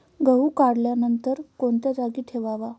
गहू काढल्यानंतर कोणत्या जागी ठेवावा?